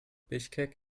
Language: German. bischkek